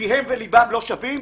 פיהם וליבם לא שווים?